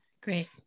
Great